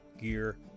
gear